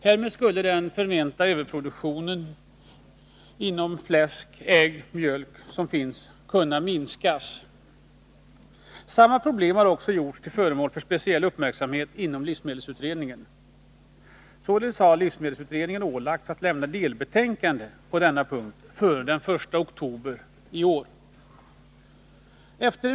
Därmed skulle den förmenta överproduktionen av fläsk, ägg och mjölk kunna minskas. Samma problem har också gjorts till föremål för speciell uppmärksamhet inom livsmedelsutredningen. Således har utredningen ålagts att lämna delbetänkande på denna punkt före den 1 oktober i år.